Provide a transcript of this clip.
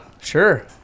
Sure